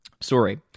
Sorry